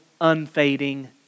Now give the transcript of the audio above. unfading